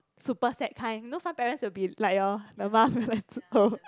super sad kind you know some parents will be like hor the mum will like to